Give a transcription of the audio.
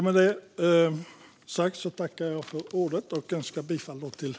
Med detta yrkar jag bifall till utskottets förslag.